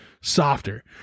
softer